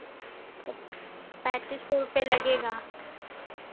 तब पैंतीस सौ रुपये लगेगा